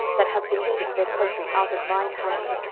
that have delivered their country out of mine hand,